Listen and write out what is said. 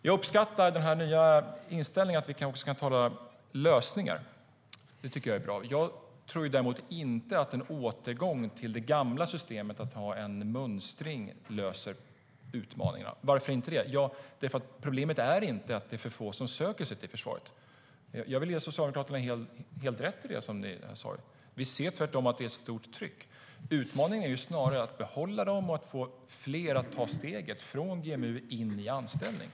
Jag uppskattar den nya inställningen att vi också kan prata lösningar. Det tycker jag är bra. Jag tror däremot inte att en återgång till det gamla systemet med mönstring löser utmaningarna. Varför inte det? Jo, problemet är inte att det är för få som söker sig till försvaret. Jag vill ge Socialdemokraterna helt rätt i det som de sade. Vi ser tvärtom att det är ett stort tryck. Utmaningen är snarare att behålla dem som går GMU och få fler att ta steget från utbildning in i anställning.